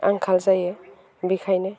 आंखाल जायो बेनिखायनो